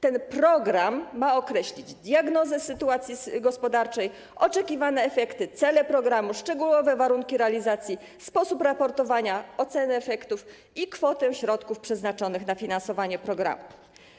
Ten program ma określić: diagnozę sytuacji gospodarczej, oczekiwane efekty, cele programu, szczegółowe warunki realizacji, sposób raportowania, ocenę efektów i kwotę środków przeznaczonych na finansowanie programu.